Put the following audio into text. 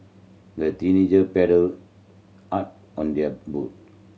the teenager paddled hard on their boat